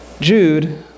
Jude